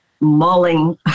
mulling